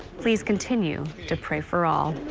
please continue to pray for all.